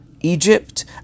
Egypt